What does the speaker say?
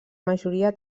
majoria